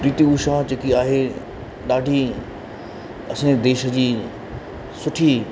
P T Usha जेकी आहे ॾाढी असांजे देश जी सुठी